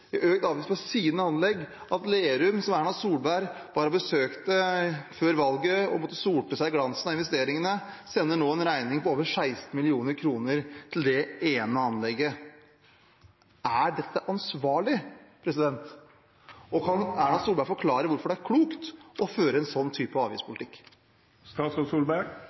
kr i økt avgift på sine anlegg, og at Lerum – som Erna Solberg var og besøkte før valget og på en måte solte seg i glansen av investeringene – nå får en regning på over 16 mill. kr, til det ene anlegget. Er dette ansvarlig, og kan Erna Solberg forklare hvorfor det er klokt å føre denne typen avgiftspolitikk? Regjeringen foreslo ikke en